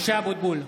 משה אבוטבול,